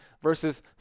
versus